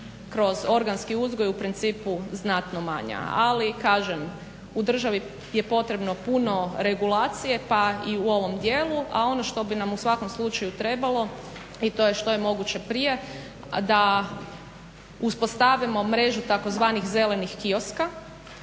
kroz organski uzgoj u principu znatno manje. Ali kažem u državi je potrebno puno regulacije pa i u ovom dijelu. A ono što bi nam u svakom slučaju trebalo i to je što je moguće prije da uspostavimo mrežu tzv. zelenih kioska